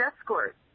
Escort